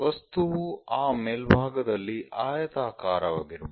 ವಸ್ತುವು ಆ ಮೇಲ್ಭಾಗದಲ್ಲಿ ಆಯತಾಕಾರವಾಗಿರಬಹುದು